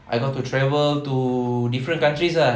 I got to travel to different countries ah